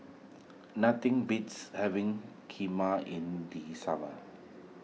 nothing beats having Kheema in the summer